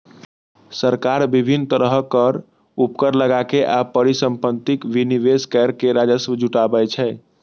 सरकार विभिन्न तरहक कर, उपकर लगाके आ परिसंपत्तिक विनिवेश कैर के राजस्व जुटाबै छै